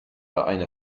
eine